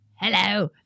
Hello